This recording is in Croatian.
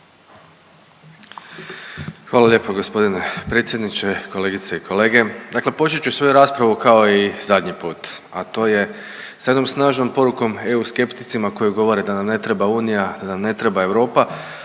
Hvala lijepo g. predsjedniče, kolegice i kolege. Dakle počet ću svoju raspravu kao i zadnji put, a to je s jednom snažnom porukom EU skepticima koji govore da nam ne treba Unija, da nam ne treba Europa,